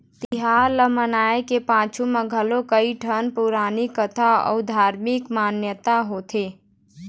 तिहार ल मनाए के पाछू म घलोक कइठन पउरानिक कथा अउ धारमिक मान्यता होथे